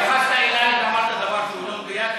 אתה התייחסת אלי ואמרת דבר שהוא לא מדויק,